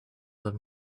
them